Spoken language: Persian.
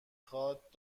خواد